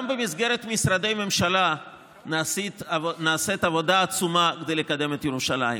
גם במסגרת משרדי הממשלה נעשית עבודה עצומה כדי לקדם את ירושלים.